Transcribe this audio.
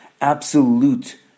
Absolute